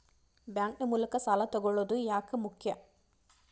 Bank ನ ಮೂಲಕ ಸಾಲ ತಗೊಳ್ಳೋದು ಯಾಕ ಮುಖ್ಯ?